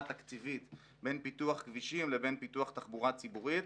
התקציבית בין פיתוח כבישים לבין פיתוח תחבורה ציבורית.